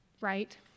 right